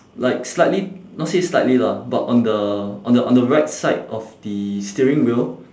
like slightly not say slightly lah but on the on the on the right side of the steering wheel